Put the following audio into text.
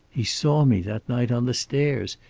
he saw me that night, on the stairs.